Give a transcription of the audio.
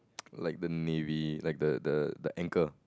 like the navy like the the the anchor